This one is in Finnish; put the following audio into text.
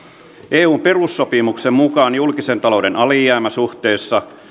eun perussopimuksen mukaan julkisen talouden alijäämä suhteessa